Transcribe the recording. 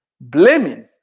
Blaming